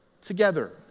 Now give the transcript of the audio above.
together